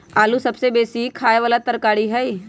आलू सबसे बेशी ख़ाय बला तरकारी हइ